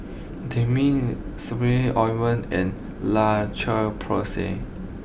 Dermale Ointment and La Porsay